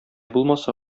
булмаса